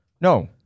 No